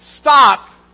stop